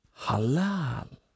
halal